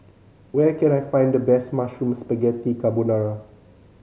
where can I find the best Mushroom Spaghetti Carbonara